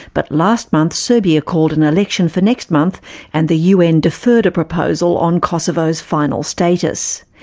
but last month serbia called an election for next month and the un deferred a proposal on kosovo's final status.